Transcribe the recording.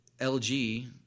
LG